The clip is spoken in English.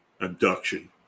abduction